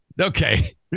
Okay